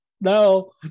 No